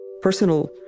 personal